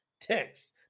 text